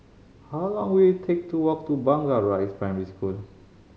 how long will it take to walk to Blangah Rise Primary School